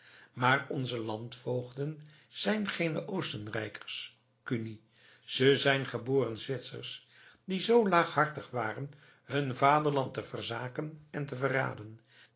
maar onze landvoogden zijn geene oostenrijkers kuni ze zijn geboren zwitsers die zoo laaghartig waren hun vaderland te verzaken en te verraden